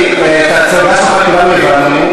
מה הוא אמר.